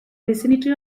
vicinity